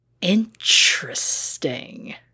Interesting